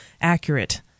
accurate